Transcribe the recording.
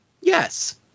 yes